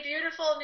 beautiful